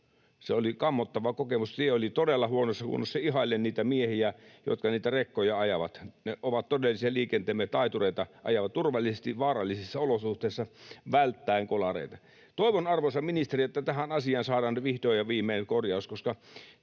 Se oli kammottava kokemus, koska tie oli todella huonossa kunnossa. Ihailen niitä miehiä, jotka niitä rekkoja ajavat. He ovat todellisia liikenteemme taitureita, ajavat turvallisesti vaarallisissa olosuhteissa välttäen kolareita. Toivon, arvoisa ministeri, että tähän asiaan saadaan nyt vihdoin ja viimein korjaus, koska